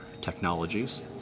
technologies